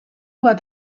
bat